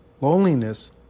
Loneliness